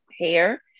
hair